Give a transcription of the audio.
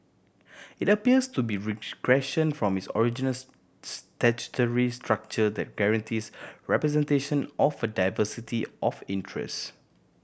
it appears to be regression from its originals statutory structure that guarantees representation of a diversity of interest